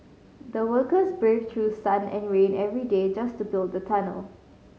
the workers braved through sun and rain every day just to build the tunnel